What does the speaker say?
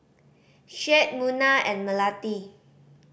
Syed Munah and Melati